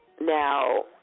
Now